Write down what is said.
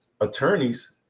attorneys